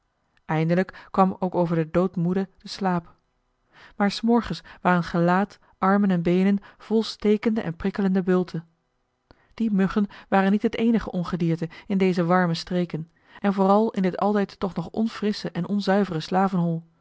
eindelijk kwam ook over den doodmoede de slaap maar s morgens waren gelaat armen en beenen vol stekende en prikkelende bulten die muggen waren niet het eenige ongedierte in deze warme streken en vooral in dit altijd toch nog onfrissche en onzuivere slavenhol